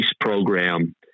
program